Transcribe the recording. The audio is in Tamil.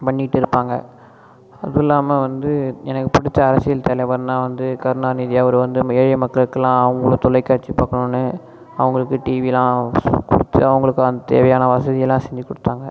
பண்ணிட்டுருப்பாங்க அதுவும் இல்லாமல் வந்து எனக்கு பிடிச்ச அரசியல் தலைவர்னா வந்து கருணாநிதி அவர் வந்து ஏழை மக்களுக்கெல்லாம் அவங்க தொலைக்காட்சி பார்க்கணும்னு அவங்களுக்கு டிவிலாம் அவங்களுக்கு தேவையான வசதி எல்லாம் செஞ்சுக் கொடுத்தாங்க